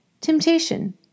Temptation